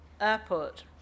Airport